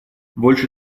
больше